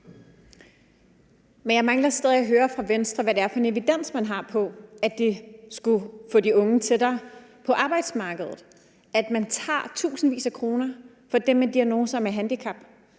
Men jeg mangler stadig at høre fra Venstre, hvad det er for en evidens, man har for, at det skulle få de unge med diagnoser og med handicap tættere på arbejdsmarkedet, at man tager tusindvis af kroner fra dem. For hvorfor